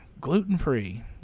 gluten-free